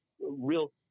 real